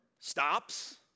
stops